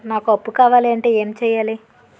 నాకు అప్పు కావాలి అంటే ఎం చేయాలి?